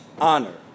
honor